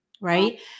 right